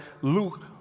Luke